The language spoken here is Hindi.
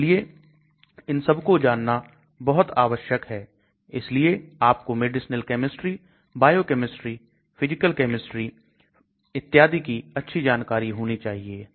इसलिए इन सब को जानना बहुत आवश्यक है इसलिए आपको medicinal chemistry biochemistry physical chemistry इत्यादि की अच्छी जानकारी होनी चाहिए